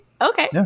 okay